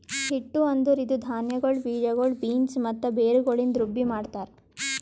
ಹಿಟ್ಟು ಅಂದುರ್ ಇದು ಧಾನ್ಯಗೊಳ್, ಬೀಜಗೊಳ್, ಬೀನ್ಸ್ ಮತ್ತ ಬೇರುಗೊಳಿಂದ್ ರುಬ್ಬಿ ಮಾಡ್ತಾರ್